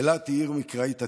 אילת היא עיר מקראית עתיקה.